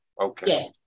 okay